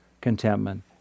contentment